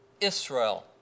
Israel